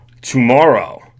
tomorrow